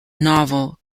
novel